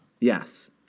Yes